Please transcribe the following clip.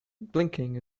blinking